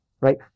right